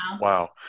Wow